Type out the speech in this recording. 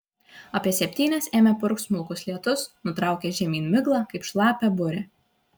apie septynias ėmė purkšt smulkus lietus nutraukė žemyn miglą kaip šlapią burę